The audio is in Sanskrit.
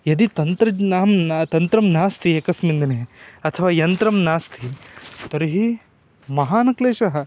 यदि तन्त्रज्ञानं न तन्त्रं नास्ति एकस्मिन् दिने अथवा यन्त्रं नास्ति तर्हि महान् क्लेशः